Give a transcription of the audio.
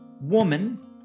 woman